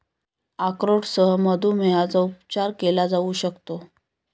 अक्रोडसह मधुमेहाचा उपचार केला जाऊ शकतो